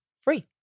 free